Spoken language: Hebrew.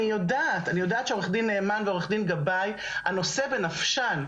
אני יודעת שעורך דין נאמן ועורך דין גבאי הנושא הזה הוא בנפשן,